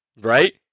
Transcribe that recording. right